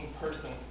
person